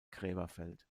gräberfeld